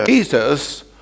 Jesus